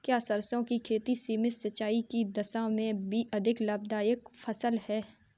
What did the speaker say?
क्या सरसों की खेती सीमित सिंचाई की दशा में भी अधिक लाभदायक फसल है?